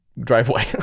driveway